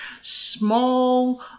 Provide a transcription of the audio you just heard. small